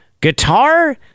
Guitar